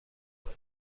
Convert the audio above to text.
خوبه